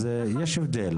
אז יש הבדל.